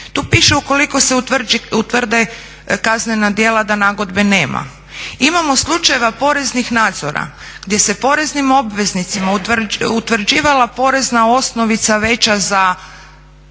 Tu piše ukoliko se utvrde kaznena djela da nagodbe nema. Imamo slučajeva poreznih nadzora gdje se poreznim obveznicima utvrđivala porezna osnovica veća za